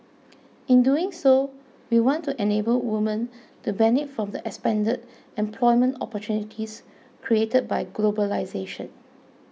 in doing so we want to enable women to benefit from the expanded employment opportunities created by globalisation